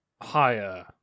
Higher